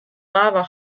lava